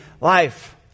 life